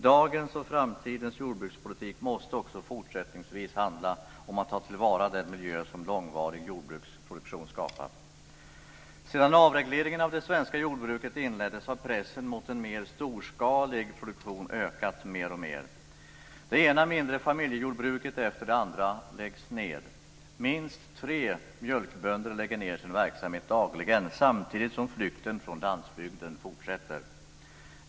Dagens och framtidens jordbrukspolitik måste också fortsättningsvis handla om att ta till vara den miljö som långvarig jordbruksproduktion skapat. Sedan avregleringen av det svenska jordbruket inleddes har pressen mot en mer storskalig produktion ökat mer och mer. Det ena mindre familjejordbruket efter det andra läggs ned. Minst tre mjölkbönder lägger ned sin verksamhet dagligen, samtidigt som flykten från landsbygden fortsätter.